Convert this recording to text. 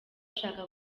ashaka